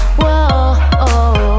whoa